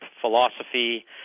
philosophy